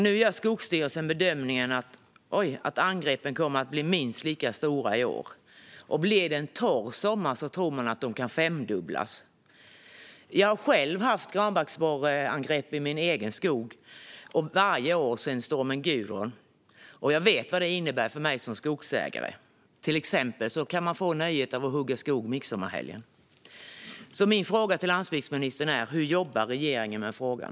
Nu gör Skogsstyrelsen bedömningen att angreppen kommer att bli minst lika stora i år. Blir det en torr sommar tror man att de kan femdubblas. Jag har själv haft granbarkborreangrepp i min egen skog varje år sedan stormen Gudrun. Jag vet vad det innebär för mig som skogsägare. Till exempel kan man få nöjet att behöva hugga skog på midsommarhelgen. Min fråga till landsbygdsministern är: Hur jobbar regeringen med frågan?